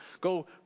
Go